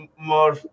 More